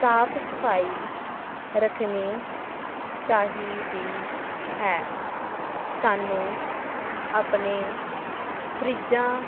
ਸਾਫ਼ ਸਫਾਈ ਰੱਖਣੀ ਚਾਹੀਦੀ ਹੈ ਸਾਨੂੰ ਆਪਣੇ ਫਰਿੱਜਾਂ